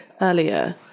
earlier